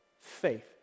faith